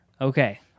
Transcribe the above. okay